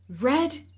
Red